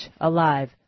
alive